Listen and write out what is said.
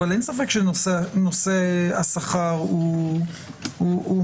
אבל אין ספק שנושא השכר הוא משמעותי.